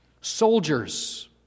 Soldiers